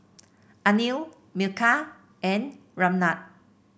Anil Milkha and Ramnath